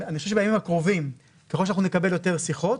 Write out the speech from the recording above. אני חושב שבימים הקרובים ככל שאנחנו נקבל יותר שיחות,